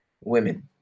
women